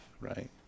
Right